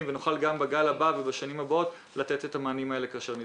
ונוכל גם בגל הבא ובשנים הבאות לתת את המענים האלה כאשר נידרש.